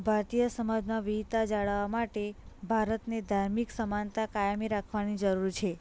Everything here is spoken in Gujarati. ભારતીય સમાજમાં વિવિધતા જાળવવા માટે ભારતને ધાર્મિક સમાનતા કાયમી રાખવાની જરૂર છે